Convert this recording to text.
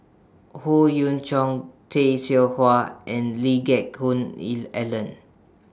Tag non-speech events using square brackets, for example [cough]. Howe Yoon Chong Tay Seow Huah and Lee Geck Hoon [unintelligible] Ellen